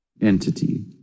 entity